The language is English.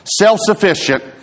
self-sufficient